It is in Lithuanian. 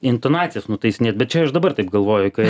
intonacijas nutaisinėt bet čia aš dabar taip galvoju kai